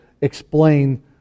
explain